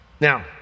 Now